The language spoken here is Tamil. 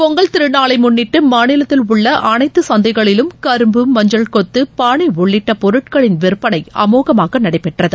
பொங்கலை திருநாளை முன்னிட்டு மாநிலத்தில் உள்ள அனைத்து சந்தைகளிலும் கரும்பு மஞ்சள் கொத்து பானை உள்ளிட்ட பொருட்களின் விற்பனை அமோகமாக நடைபெற்றது